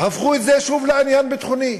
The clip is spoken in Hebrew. הפכו את זה שוב לעניין ביטחוני.